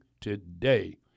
today